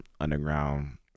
underground